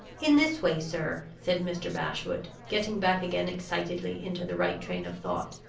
in this way, sir, said mr. bashwood, getting back again excitedly into the right train of thought.